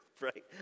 right